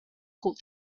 could